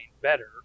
better